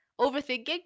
Overthinking